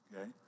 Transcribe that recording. Okay